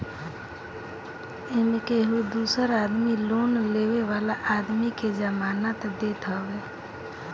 एमे केहू दूसर आदमी लोन लेवे वाला आदमी के जमानत देत हवे